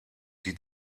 die